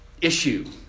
issue